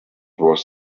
was